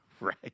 Right